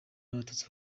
n’abatutsi